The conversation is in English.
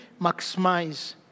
maximize